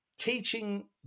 Teaching